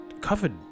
covered